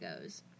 goes